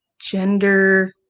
gender